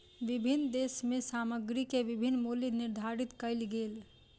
विभिन्न देश में सामग्री के विभिन्न मूल्य निर्धारित कएल गेल